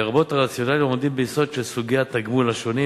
לרבות הרציונלים העומדים ביסודם של סוגי התגמול השונים,